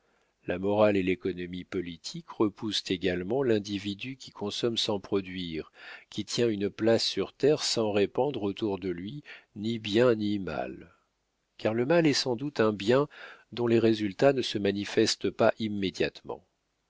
la morale et l'économie politique repoussent également l'individu qui consomme sans produire qui tient une place sur terre sans répandre autour de lui ni bien ni mal car le mal est sans doute un bien dont les résultats ne se manifestent pas immédiatement